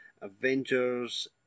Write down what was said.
Avengers